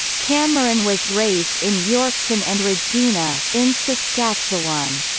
cameron was raised in yorkton and regina, in saskatchewan.